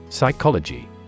Psychology